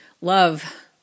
Love